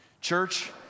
Church